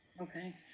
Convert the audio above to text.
okay